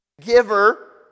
Giver